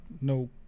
No